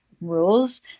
rules